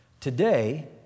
Today